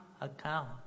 account